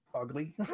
ugly